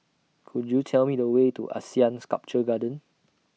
Could YOU Tell Me The Way to Asean Sculpture Garden